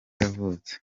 yavutse